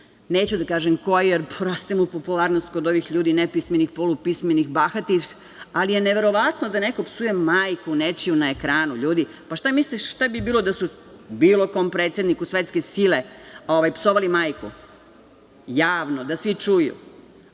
neću da kažem ko je, jer raste mu popularnost kod ovih ljudi nepismenih, polupismenih, bahatih. Neverovatno je da neko psuje majku nečiju na ekranu, ljudi. Šta mislite šta bi bilo da su bilo kom predsedniku svetske sile psovali majku javno da svi čuju?